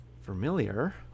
familiar